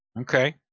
okay